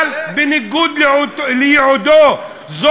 אבל בניגוד לייעודו, צודק.